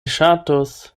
ŝatus